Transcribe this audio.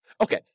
Okay